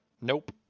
nope